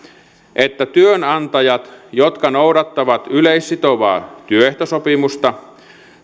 että työnantajat jotka noudattavat yleissitovaa työehtosopimusta